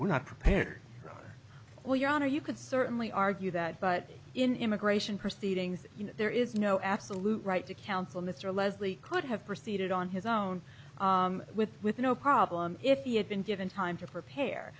we're not prepared well your honor you could certainly argue that but in immigration proceedings you know there is no absolute right to counsel mr leslie could have proceeded on his own with with no problem if he had been given time to prepare